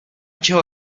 čeho